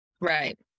Right